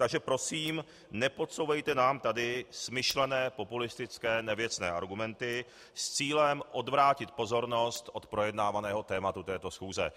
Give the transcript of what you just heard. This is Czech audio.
Takže prosím, nepodsouvejte nám tady smyšlené, populistické, nevěcné argumenty s cílem odvrátit pozornost od projednávaného tématu této schůze.